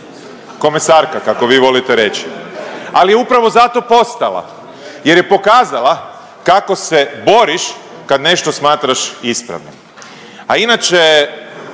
komesarka kako vi volite reć, ali je upravo zato postala jer je pokazala kako se boriš kad nešto smatraš ispravnim. A inače